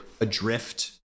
adrift